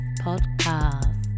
podcast